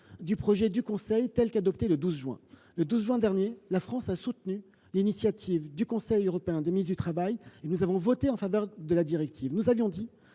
du projet du Conseil. Le 12 juin dernier, la France a soutenu l’initiative du Conseil européen des ministres au travail et nous avons voté en faveur de la directive. Nous avions dit